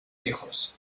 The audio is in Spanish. hijos